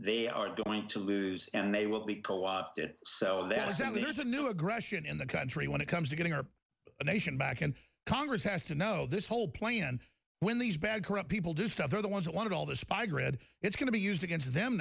they are going to lose and they will be co opted so there certainly is a new aggression in the country when it comes to getting our nation back and congress has to know this whole plan when these bad corrupt people do stuff they're the ones that want it all the spy grid it's going to be used against them